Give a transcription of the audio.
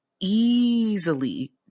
Easily